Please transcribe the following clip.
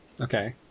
Okay